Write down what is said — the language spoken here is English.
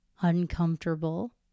uncomfortable